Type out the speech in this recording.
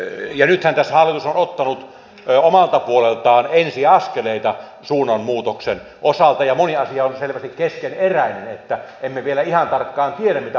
nythän tässä hallitus on ottanut omalta puoleltaan ensiaskeleita suunnanmuutoksen osalta ja moni asia on selvästi keskeneräinen niin että emme vielä ihan tarkkaan tiedä mitä hallitus lopulta oikein tulee esittämään